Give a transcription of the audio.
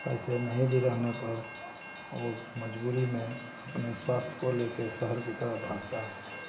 पैसे नहीं भी रहने पर वह मजबूरी में अपने स्वास्थ्य को ले कर शहर की तरफ भागता है